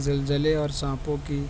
زلزلے اور سانپوں کی